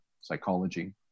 psychology